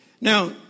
Now